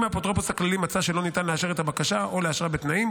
אם האפוטרופוס הכללי מצא שלא ניתן לאשר את הבקשה או לאשרה בתנאים,